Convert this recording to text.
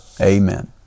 Amen